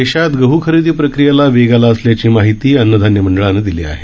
देशात गह खरेदी प्रक्रियेला वेग आला असल्याची माहिती अन्न धान्य मंडळानं दिली आहे